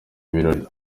birori